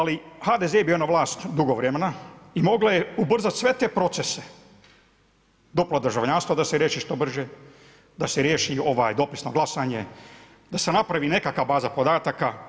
Ali HDZ je bio na vlast dugo vremena i moglo je ubrzat sve te procese, duplo državljanstvo da se riješi što brže, da se riješi dopisno glasanje, da se napravi nekakva baza podataka.